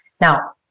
Now